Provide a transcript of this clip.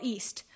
East